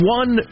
one